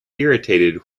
irritated